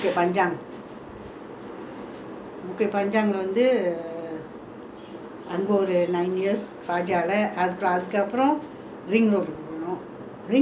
அங்க ஒரு:angga oru nine years fajar leh அதுக்கு அப்ரோ:athuku apro ring road டுக்கு போனோ:duku pono ring road is the longest lah we stayed more than ten years then we bought the bukit timah plaza house